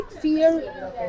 fear